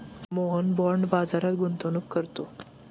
Mohan bond बाजारात गुंतवणूक करतो